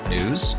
News